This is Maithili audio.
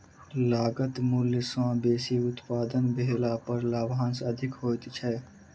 लागत मूल्य सॅ बेसी उत्पादन भेला पर लाभांश अधिक होइत छै